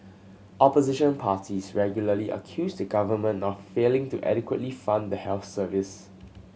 opposition parties regularly accuse the government of failing to adequately fund the health service